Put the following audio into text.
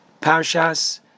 Parshas